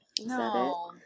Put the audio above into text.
No